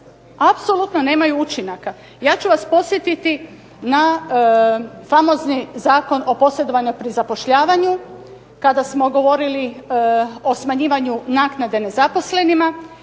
apsolutno nemaju učinaka. Ja ću vas podsjetiti na famozni Zakon o posredovanju pri zapošljavanju kada smo govorili o smanjivanju naknade nezaposlenima.